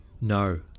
No